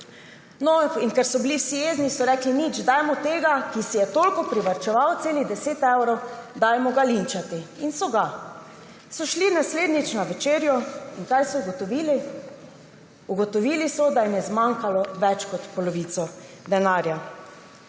No in ker so bili vsi jezni, so rekli, nič, dajmo tega, ki si je toliko privarčeval, celih 10 evrov, linčati. In so ga. So šli naslednjič na večerjo – in kaj so ugotovili? Ugotovili so, da jim je zmanjkala več kot polovica denarja.